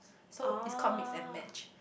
so it's called Mix and Match